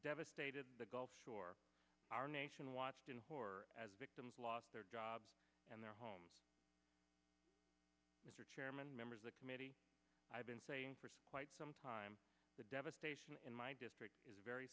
devastated the gulf shore our nation watched in horror as victims lost their jobs and their home mr chairman members of the committee i have been saying for quite some time the devastation in my district is very